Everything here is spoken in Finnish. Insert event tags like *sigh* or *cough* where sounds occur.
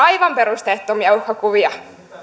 *unintelligible* aivan perusteettomia uhkakuvia